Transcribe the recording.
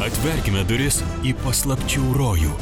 atverkime duris į paslapčių rojų